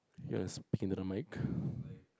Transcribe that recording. yours is pin it on mic